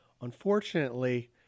Unfortunately